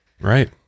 Right